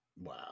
Wow